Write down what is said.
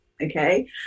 okay